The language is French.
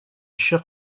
chers